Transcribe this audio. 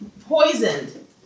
Poisoned